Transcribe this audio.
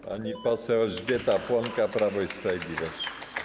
Pani poseł Elżbieta Płonka, Prawo i Sprawiedliwość.